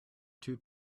two